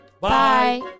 Bye